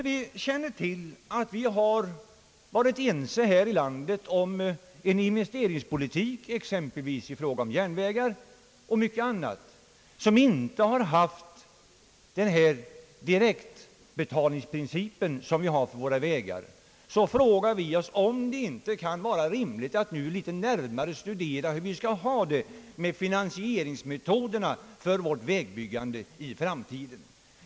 Vi har i fråga om järnvägar och mycket annat varit ense om en investeringspolitik utan den direktbetalningsprincip som vi har i fråga om vägarna. Därför anser vi att det är rimligt att man nu litet närmare studerar vilka finansieringsmetoder vi skall ha för vårt vägbyggande i framtiden.